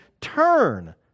turn